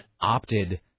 opted